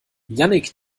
jannick